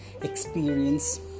experience